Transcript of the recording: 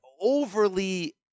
overly